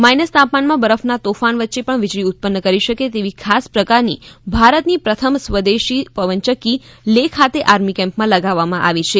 minus તાપમાનમાં બરફના તોફાન વચ્ચે પણ વીજળી ઉત્પન્ન કરી શકે તેવી ખાસ પ્રકારની ભારતની પ્રથમ સ્વદેશ પવનચક્કી લેહ ખાતે આર્મી કેમ્પમાં લગાવવામાં આવી છે